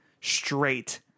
straight